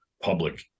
public